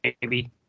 baby